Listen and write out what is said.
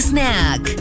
Snack